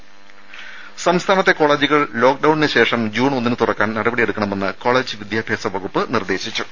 രേര സംസ്ഥാനത്തെ കോളേജുകൾ ലോക്ഡൌണിന് ശേഷം ജൂൺ ഒന്നിന് തുറക്കാൻ നടപടിയെടുക്കണമെന്ന് കോളേജ് വിദ്യാഭ്യാസ വകുപ്പ് നിർദേശിച്ചു